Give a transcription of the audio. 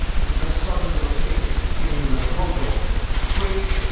the the sons of a king, king hraudungr. frigg,